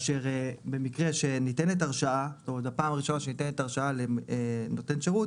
במקרה שניתנת הרשאה הפעם הראשונה שניתנת הרשאה לנותן שירות